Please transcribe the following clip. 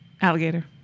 Alligator